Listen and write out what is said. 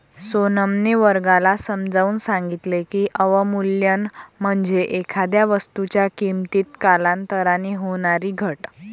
सोनमने वर्गाला समजावून सांगितले की, अवमूल्यन म्हणजे एखाद्या वस्तूच्या किमतीत कालांतराने होणारी घट